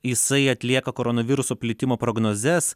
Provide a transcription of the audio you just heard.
jisai atlieka koronaviruso plitimo prognozes